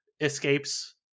escapes